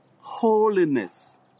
holiness